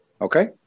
okay